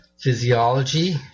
physiology